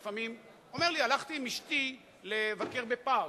הוא אומר לי: הלכתי עם אשתי לבקר בפארק,